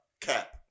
cap